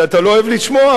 שאתה לא אוהב לשמוע,